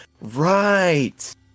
right